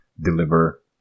deliver